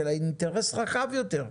אלא אינטרס רחב יותר,